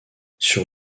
sur